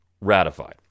ratified